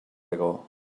ago